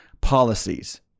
policies